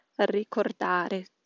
ricordare